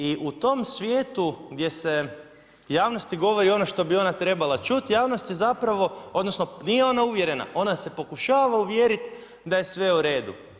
I u tom svijetu gdje se javnosti govori ono što bi ona trebala čuti, javnost je zapravo, odnosno nije ona uvjerena, ona se pokušava uvjeriti da je sve u redu.